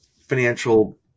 financial